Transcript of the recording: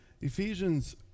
Ephesians